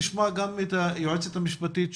את כל 360 המעלות של הקולות,